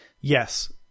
Yes